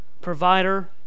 provider